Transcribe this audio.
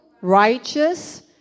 righteous